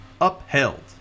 upheld